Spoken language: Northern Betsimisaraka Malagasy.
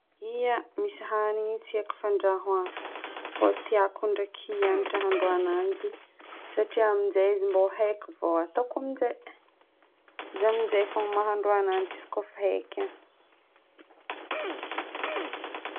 Ia. Misy hanigny tsy haiko fandrahoagna fô tiako ndraiky hianatra hahandro ananjy satria amin'izay izy mbô haiko vô ataoko aminjay. Izaho amin'izay fôgna mahandro ananjy izy koa efa haiko e.